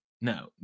No